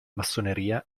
massoneria